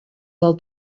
del